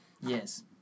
yes